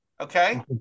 okay